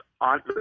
on